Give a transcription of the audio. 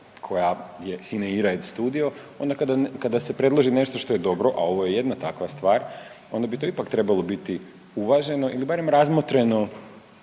koja je „sine ira et studio“, onda kada se predloži nešto što je dobro, a ovo je jedna takva stvar, onda bi to ipak trebalo biti uvaženo ili barem razmotreno